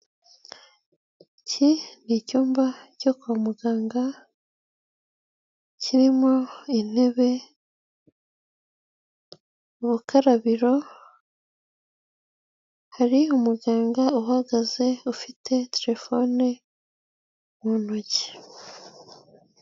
Iki ni icyumba cyo kwa muganga kirimo intebe, ubukarabiro hari umuganga uhagaze ufite terefone mu ntoki.